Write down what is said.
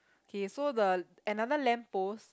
okay so the another lamp post